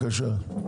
כן, בבקשה.